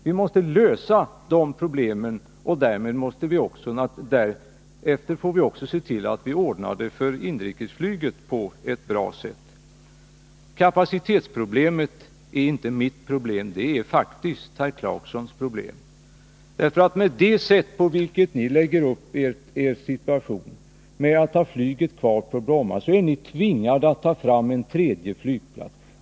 Vi Måste lösa de problemen, ck därefter får vi också se 17'december 1980 till att vi ordnar det för inrikesflyget på ett bra sätt. Kapacitetsproblemet är inte mitt problem. Det är faktiskt herr Clarksons problem. Genom det sätt på vilket ni lägger upp er argumentation för att ha flyget kvar på Bromma är ni nämligen tvingade att ta fram en tredje flygplats.